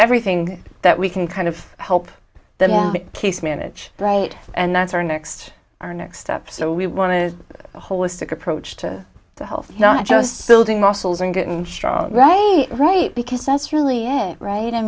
everything that we can kind of help that piece manage right and that's our next our next step so we want to holistic approach to health not just silting muscles and getting stronger right a right because that's really right i